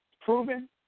proven